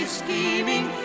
scheming